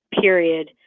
period